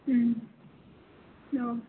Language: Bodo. उम औ